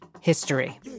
history